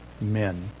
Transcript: men